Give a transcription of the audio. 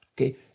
Okay